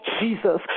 Jesus